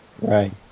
right